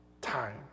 time